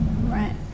Right